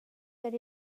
per